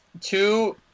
two